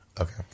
Okay